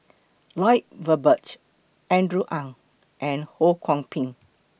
Lloyd Valberg Andrew Ang and Ho Kwon Ping